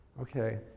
Okay